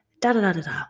Da-da-da-da-da